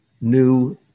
new